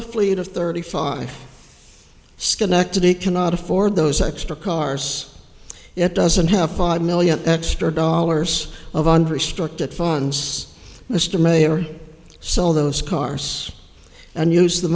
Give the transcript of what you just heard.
a fleet of thirty five schenectady cannot afford those extra cars it doesn't have five million extra dollars of under strict at funds mr mayor so those cars and use the